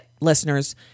listeners